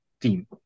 team